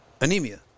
anemia